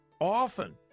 often